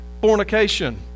fornication